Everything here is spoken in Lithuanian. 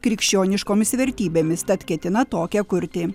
krikščioniškomis vertybėmis tad ketina tokią kurti